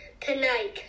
tonight